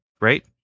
right